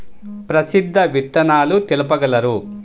ప్రసిద్ధ విత్తనాలు తెలుపగలరు?